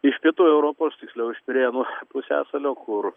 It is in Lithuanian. iš pietų europos tiksliau iš pirėnų pusiasalio kur